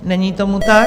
Není tomu tak.